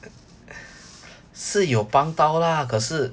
是有帮到啦可是